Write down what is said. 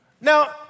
Now